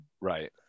Right